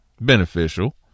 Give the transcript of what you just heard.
beneficial